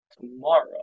tomorrow